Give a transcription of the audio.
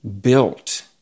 built